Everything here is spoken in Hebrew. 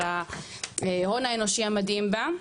של ההון האנושי המדהים בה.